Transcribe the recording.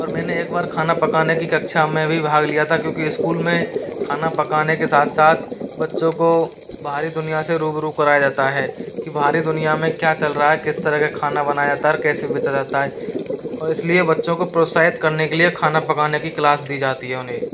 और मैंने एक बार खाना पकाने की कक्षा में भी भाग लिया था क्योंकि इस्कूल में खाना पकाने के साथ साथ बच्चों को बाहरी दुनिया से रूबरू कराया जाता है की बाहरी दुनिया में क्या चल रहा है किस तरह खाना बनाया जाता है और कैसे बेचा जाता है और इसलिए बच्चों को प्रोत्साहित करने के लिए खाना पकाने की क्लास दी जाती है उन्हें